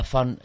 Van